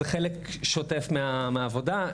זה חלק שוטף מהעבודה.